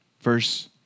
Verse